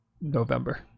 November